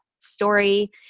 story